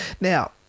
Now